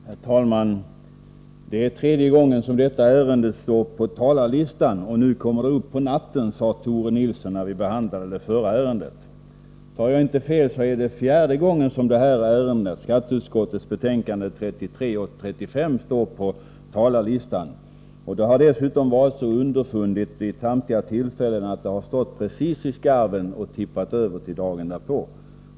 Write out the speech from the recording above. Herr talman! Det är tredje gången som detta ärende står på föredragningslistan, och nu kommer det upp på natten, sade Tore Nilsson när vi behandlade det förra ärendet. Tar jag inte fel, är det fjärde gången som skatteutskottets betänkanden 33 och 35 står på dagordningen. Det har dessutom varit så underfundigt vid samtliga tillfällen att de har stått precis i skarven och tippat över till dagen därpå.